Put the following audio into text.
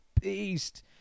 beast